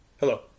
Hello